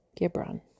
Gibran